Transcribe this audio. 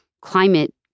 climate